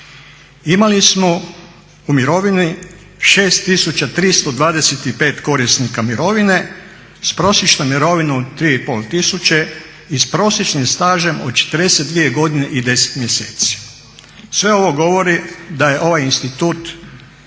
imali smo u mirovini 6.325 korisnika mirovine s prosječnom mirovinom od 3.500 tisuće i s prosječnim stažem od 42 godine i 10 mjeseci. Sve ovo govori da je ovaj institut